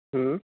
ہوں